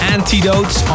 Antidotes